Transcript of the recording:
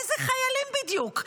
איזה חיילים בדיוק?